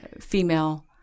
female